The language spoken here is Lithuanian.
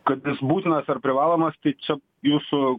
kad jis būtinas ar privalomas tai čia jūsų